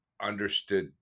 understood